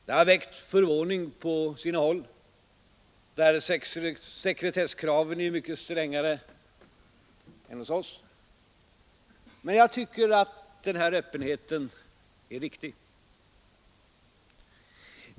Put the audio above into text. Det har väckt förvåning på sina håll där sekretesskraven är mycket strängare än hos oss, men jag tycker att den här öppenheten är riktig.